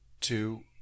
two